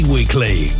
Weekly